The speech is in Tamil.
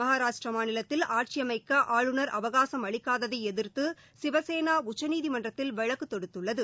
மகாராஷ்டிரா மாநிலத்தில் ஆட்சியமைக்க ஆளுநர் அவகாசும் அளிக்காததை எதிர்த்து சிவசேனா உச்சநீதிமன்றத்தில் வழக்கு தொடுத்துள்ளது